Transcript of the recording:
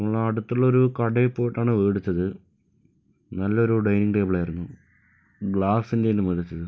നമ്മളെ അടുത്തുള്ള ഒരു കടയിൽ പോയിട്ടാണ് മേടിച്ചത് നല്ലൊരു ഡൈനിങ്ങ് ടേബിളായിരുന്നു ഗ്ലാസിന്റെ ആണ് മേടിച്ചത്